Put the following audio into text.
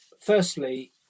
firstly